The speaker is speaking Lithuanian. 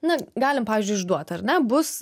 na galim pavyzdžiui išduot ar ne bus